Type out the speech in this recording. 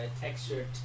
textured